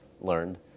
learned